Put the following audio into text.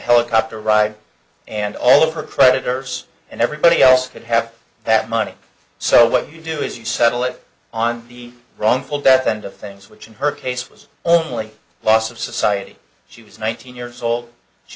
helicopter ride and all of her creditors and everybody else could have that money so what you do is you settle it on the wrongful death end of things which in her case was only loss of society she was one thousand years old she